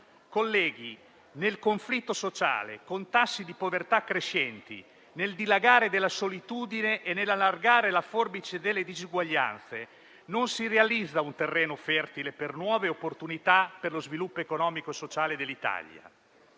Colleghi, nel conflitto sociale, con tassi di povertà crescenti, nel dilagare della solitudine e nell'allargare la forbice delle disuguaglianze, non si realizza un terreno fertile per nuove opportunità e per lo sviluppo economico e sociale dell'Italia.